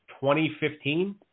2015